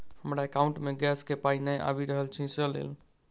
हमरा एकाउंट मे गैस केँ पाई नै आबि रहल छी सँ लेल?